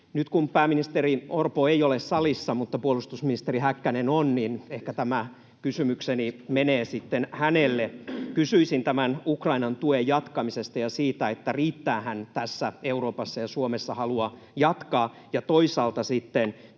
Nyt kun pääministeri Orpo ei ole salissa mutta puolustusministeri Häkkänen on, niin ehkä tämä kysymykseni menee sitten hänelle. Kysyisin tämän Ukrainan tuen jatkamisesta ja siitä, että riittäähän Euroopassa ja Suomessa halua jatkaa sitä.